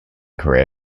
career